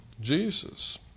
Jesus